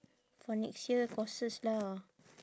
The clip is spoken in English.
for next year courses lah